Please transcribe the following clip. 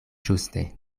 ĝuste